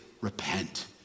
repent